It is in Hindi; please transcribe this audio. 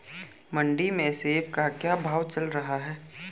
मंडी में सेब का क्या भाव चल रहा है?